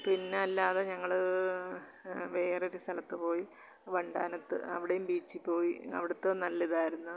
പിന്നല്ലാതെ ഞങ്ങൾ വേറൊരു സ്ഥലത്ത് പോയി വണ്ടാനത്ത് അവിടേയും ബീച്ചിൽ പോയി അവിടുത്തത് നല്ലിതായിരുന്നു